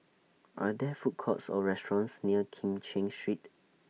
Are There Food Courts Or restaurants near Kim Cheng Street